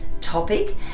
topic